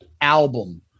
album